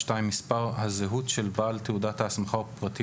(2) מספר תעודת הזהות של בעל תעודת ההסמכה ופרטים